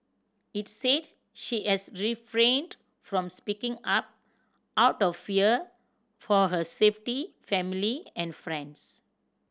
it said she has refrained from speaking up out of fear for her safety family and friends